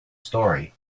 story